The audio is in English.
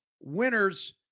winners